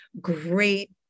great